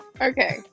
Okay